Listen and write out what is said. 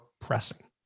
pressing